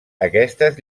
aquestes